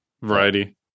Variety